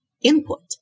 input